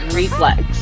reflex